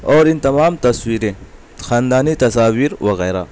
اور ان تمام تصویریں خاندانی تصاویر وغیرہ